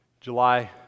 July